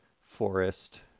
forest